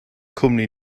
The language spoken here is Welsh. cwmni